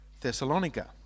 Thessalonica